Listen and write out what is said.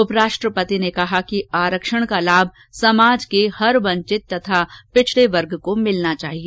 उपराष्ट्रपति ने कहा कि आरक्षण का लाभ समाज के हर वंचित तथा पिछडे वर्ग को मिलना चाहिए